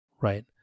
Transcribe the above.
right